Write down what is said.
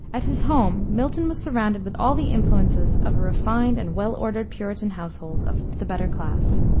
at his home milton was surrounded with all the influences of a refined and well ordered puritan household of the better class.